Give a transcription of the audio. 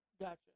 Gotcha